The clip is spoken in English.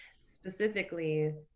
specifically